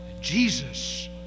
Jesus